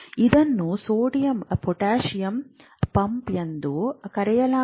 ಇದನ್ನು sodium potassium pump ಎಂದು ಕರೆಯಲಾಗುತ್ತದೆ